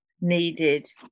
needed